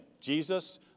Jesus